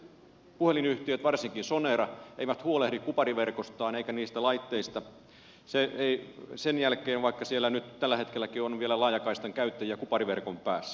eli monet puhelinyhtiöt varsinkaan sonera eivät huolehdi kupariverkostaan eivätkä niistä laitteista sen jälkeen vaikka siellä nyt tälläkin hetkellä on vielä laajakaistan käyttäjiä kupariverkon päässä